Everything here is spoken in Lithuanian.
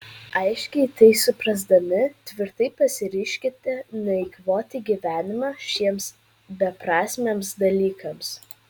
aiškiai tai suprasdami tvirtai pasiryžkite neeikvoti gyvenimo šiems beprasmiams dalykams